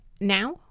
Now